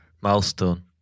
milestone